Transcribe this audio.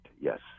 yes